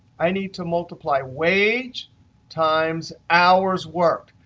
i need to multiply wage times hours worked,